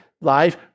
life